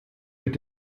mit